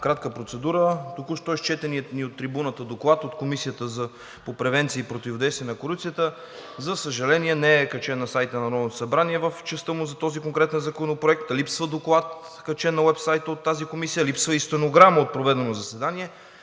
кратка процедура. Току-що изчетеният ни от трибуната Доклад от Комисията по превенцията и противодействие на корупцията, за съжаление, не е качен на сайта на Народното събрание в частта му за този конкретен законопроект, липсва доклад, качен на уебсайта, липсва и стенограма от проведено заседание,